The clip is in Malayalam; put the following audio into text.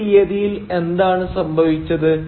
ഈ തീയ്യതിയിൽ എന്താണ് സംഭവിച്ചത്